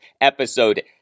episode